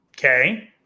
Okay